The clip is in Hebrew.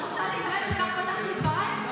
--- את רוצה להתערב שכך פתחתי את דבריי?